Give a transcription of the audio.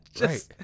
right